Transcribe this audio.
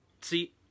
See